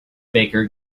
baker